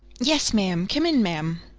yes, ma'am. come in, ma'am.